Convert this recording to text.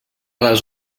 les